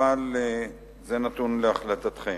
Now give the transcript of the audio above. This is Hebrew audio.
אבל זה נתון להחלטתכם.